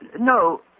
No